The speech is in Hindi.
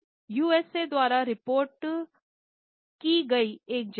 यूएसए द्वारा रिपोर्ट की गई एक जानकारी